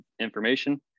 information